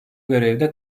görevde